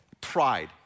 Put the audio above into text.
pride